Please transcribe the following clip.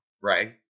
right